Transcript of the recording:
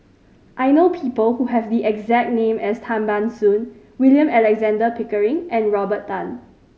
I know people who have the exact name as Tan Ban Soon William Alexander Pickering and Robert Tan